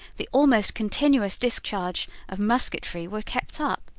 the almost continuous discharge of musketry were kept up,